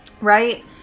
right